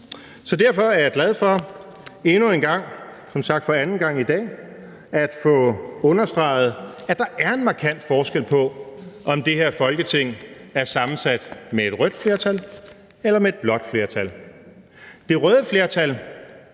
Derfor er jeg glad for endnu en gang – som sagt for anden gang i dag – at få understreget, at der er en markant forskel på, om det her Folketing er sammensat med et rødt flertal eller med et blåt flertal. Det røde flertal